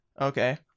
Okay